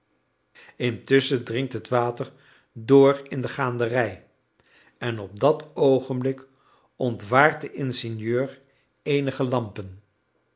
intusschen dringt het water door in de gaanderij en op dat oogenblik ontwaart de ingenieur eenige lampen